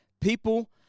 people